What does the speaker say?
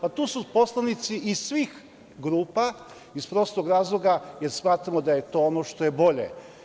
Pa, tu su poslanici iz svih grupa iz prostog razloga, jer smatramo da je to ono što je bolje.